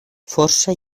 força